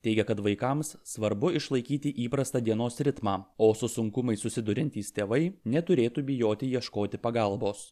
teigia kad vaikams svarbu išlaikyti įprastą dienos ritmą o su sunkumais susiduriantys tėvai neturėtų bijoti ieškoti pagalbos